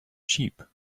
sheep